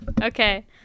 Okay